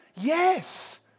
Yes